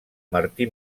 martí